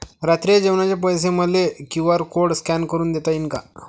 रात्रीच्या जेवणाचे पैसे मले क्यू.आर कोड स्कॅन करून देता येईन का?